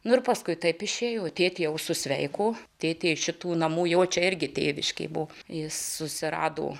nu ir paskui taip išėjo tėtė jau susveiko tėtė iš šitų namų jo čia irgi tėviškė buvo jis susirado